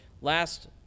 Last